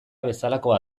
bezalakoa